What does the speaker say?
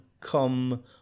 come